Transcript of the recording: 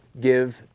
give